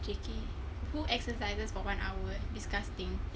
K K who exercises for one hour disgusting